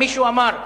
מישהו אמר: